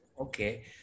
Okay